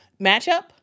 matchup